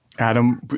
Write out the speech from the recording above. Adam